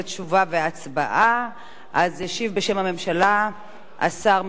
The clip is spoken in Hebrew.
ישיב בשם הממשלה השר מיכאל איתן בשם שר המשפטים.